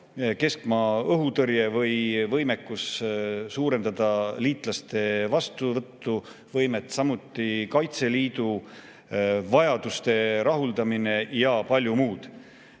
keskmaa õhutõrje või võimekus suurendada liitlaste vastuvõtu võimet, samuti Kaitseliidu vajaduste rahuldamine ja palju muud.